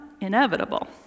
inevitable